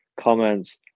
Comments